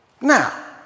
Now